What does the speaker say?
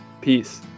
Peace